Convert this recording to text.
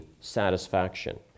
satisfaction